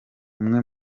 umwe